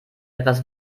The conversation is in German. etwas